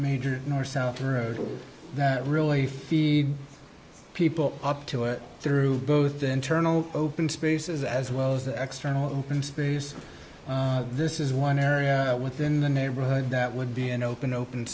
major north south through that really feed people up to it through both internal open spaces as well as the extra space this is one area within the neighborhood that would be an open open